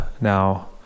now